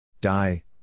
Die